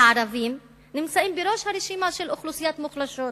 והערבים נמצאים בראש הרשימה של האוכלוסיות המוחלשות,